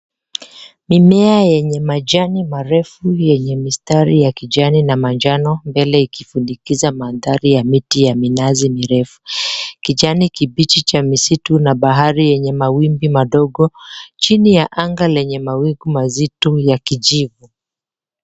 Mimea yenye majani marefu yenye mistari ya kijani na manjano mbele ikifunikiza mandari ya miti ya minazi mirefu. Kijani kibichi cha misitu na bahari yenye mawimbi madogo chini la anga yenye mawingu mazito ya kijivu.